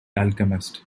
alchemist